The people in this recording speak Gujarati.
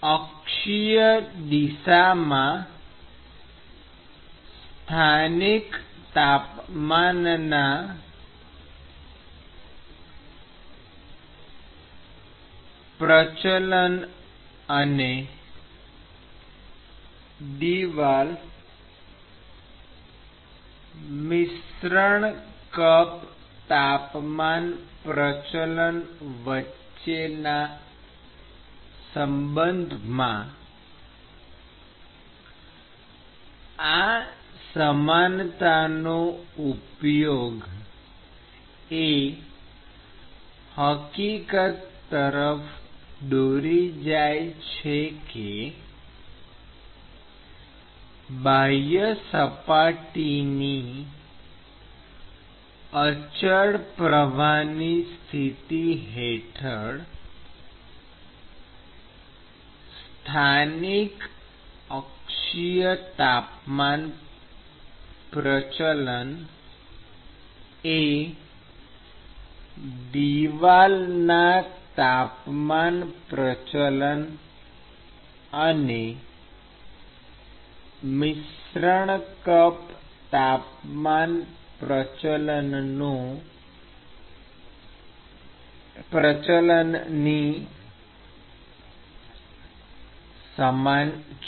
અક્ષીય દિશામાં સ્થાનિક તાપમાન પ્રચલન અને દિવાલ મિશ્રણ કપ તાપમાન પ્રચલન વચ્ચેના સંબંધમાં આ સમાનતાનો ઉપયોગ એ હકીકત તરફ દોરી જાય છે કે બાહ્યસપાટીની અચળ પ્રવાહની સ્થિતિ હેઠળ સ્થાનિક અક્ષીય તાપમાન પ્રચલન એ દિવાલના તાપમાન પ્રચલન અને મિશ્રણ કપ તાપમાન પ્રચલનોની સમાન છે